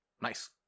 Nice